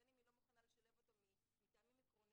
בין אם היא לא מוכנה לשלב אותו מטעמים עקרוניים